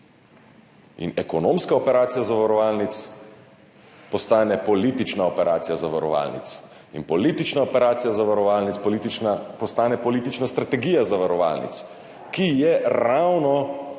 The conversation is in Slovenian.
Ekonomska operacija zavarovalnic postane politična operacija zavarovalnic in politična operacija zavarovalnic postane politična strategija zavarovalnic, ki je ravno